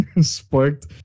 sparked